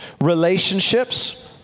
relationships